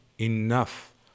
enough